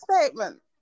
statement